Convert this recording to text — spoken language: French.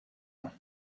ans